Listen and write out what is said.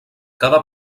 cada